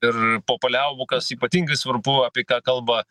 ir po paliaubų kas ypatingai svarbu apie ką kalba